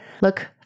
Look